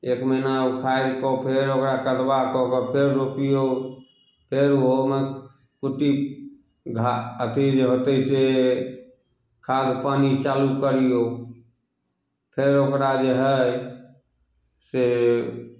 एक महीना उखारि कऽ फेर ओकरा कदबा कऽ कऽ फेर रोपियौ फेर उहोमे कुट्टी घा अथी जे होतय से खाद पानि चालू करियौ फेर ओकरा जे हइ से